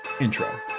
Intro